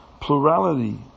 plurality